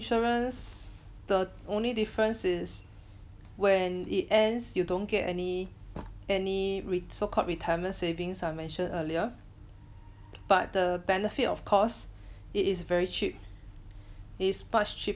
insurance the only difference is when it ends you don't get any any ret~ so called retirement savings I mentioned earlier but the benefit of course it is very cheap it's much cheaper